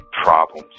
problems